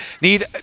need